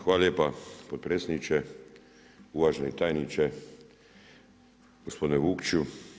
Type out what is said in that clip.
Hvala lijepa potpredsjedniče, uvaženi tajniče, gospodine Vukiću.